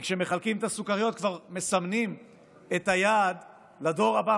כי כשמחלקים את הסוכריות כבר מסמנים את היעד לדור הבא,